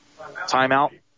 Timeout